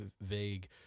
vague